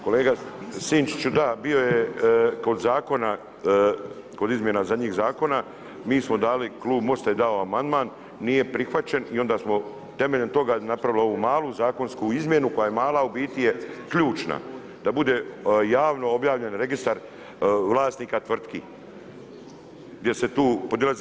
Kolega Sinčiću, da bio je kod zakona kod izmjena zadnjih zakona klub Most-a je dao amandman, nije prihvaćen i onda smo temeljem toga napravili ovu malu zakonsku izmjenu koja je mala, a biti je ključna da bude javno objavljen registar vlasnika tvrtki gdje se tu podilazi.